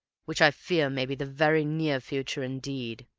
which i fear may be the very near future indeed!